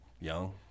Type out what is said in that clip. young